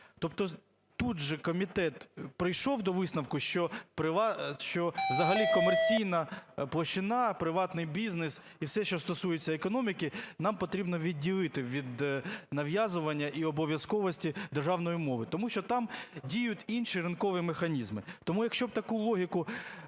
Тобто тут же комітет прийшов до висновку, що взагалі комерційна площина, приватний бізнес і все, що стосується економіки, нам потрібно відділити від нав'язування і обов'язковості державної мови, тому що там діють інші ринкові механізми.